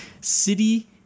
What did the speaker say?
city